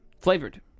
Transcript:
Flavored